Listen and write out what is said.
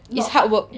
it's hard work